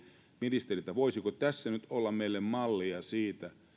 ministeriltä voisiko tässä nyt olla meille mallia siitä että